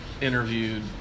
interviewed